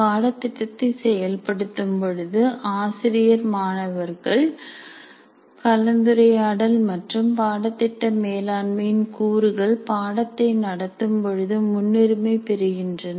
பாடத் திட்டத்தை செயல்படுத்தும் பொழுது ஆசிரியர் மாணவர்கள் கலந்துரையாடல் மற்றும் பாடத்திட்ட மேலாண்மையின் கூறுகள் பாடத்தை நடத்தும் பொழுது முன்னுரிமை பெறுகின்றன